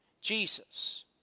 Jesus